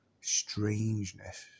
strangeness